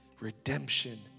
redemption